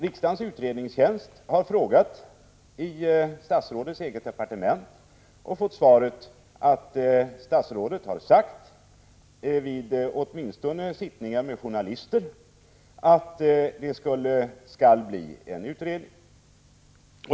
Riksdagens utredningstjänst har vidare frågat statsrådets eget departement om detta och fått svaret att statsrådet, åtminstone vid sittningar med journalister, har sagt att det skall bli en utredning.